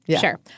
sure